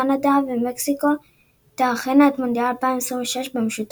קנדה ומקסיקו תארחנה את מונדיאל 2026 במשותף.